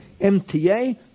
MTA